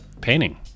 painting